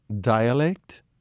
dialect